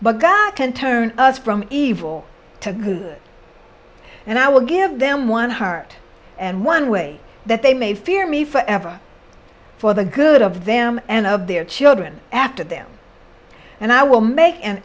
but god can turn us from evil to good and i will give them one heart and one way that they may fear me for ever for the good of them and of their children after them and i will make an